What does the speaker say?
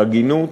בהגינות.